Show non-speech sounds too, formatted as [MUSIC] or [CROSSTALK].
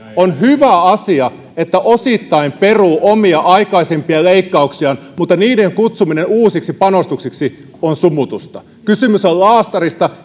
on hyvä asia että osittain peruu omia aikaisempia leikkauksiaan mutta niiden kutsuminen uusiksi panostuksiksi on sumutusta kysymys on laastarista [UNINTELLIGIBLE]